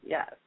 Yes